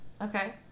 Okay